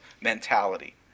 mentality